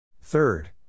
Third